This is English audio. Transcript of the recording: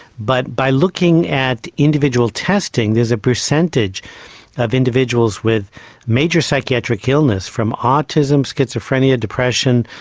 but by looking at individual testing, there's a percentage of individuals with major psychiatric illness, from autism, schizophrenia, depression,